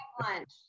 lunch